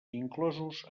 inclosos